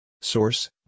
Source